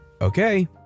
okay